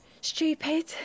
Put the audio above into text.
Stupid